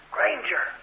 Granger